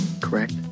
Correct